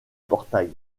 portail